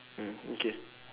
mm okay